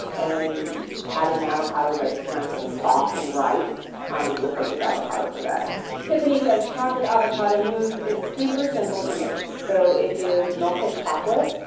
and having the avocado that's nice and soft and ripe um is the perfect avocado for that tiffany says chocolate avocado mousse is super simple to make so it is melted chocolate,